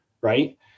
right